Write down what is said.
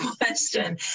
question